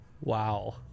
Wow